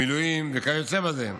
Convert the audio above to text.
מילואים וכיוצא בזה.